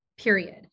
Period